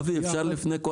אבי, אפשר לפני כל